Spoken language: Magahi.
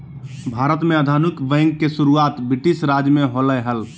भारत में आधुनिक बैंक के शुरुआत ब्रिटिश राज में होलय हल